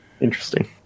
Interesting